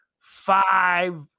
five